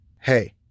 Hey